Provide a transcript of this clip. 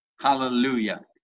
hallelujah